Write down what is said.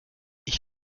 ich